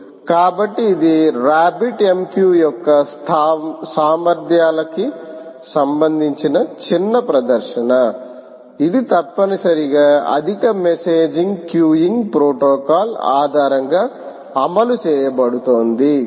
కాబట్టి ఇది Rabbit MQ యొక్క సామర్ధ్యాల కి సంబంధించిన చిన్న ప్రదర్శన ఇది తప్పనిసరిగా ఆధునిక మెసేజింగ్ క్యూయింగ్ ప్రోటోకాల్ ఆధారంగా అమలు చేయబడుతుంది